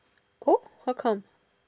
oh how come